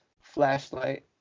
flashlight